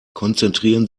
konzentrieren